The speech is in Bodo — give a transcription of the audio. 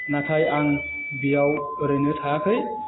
नाथाय आं बेयाव ओरैनो थायाखै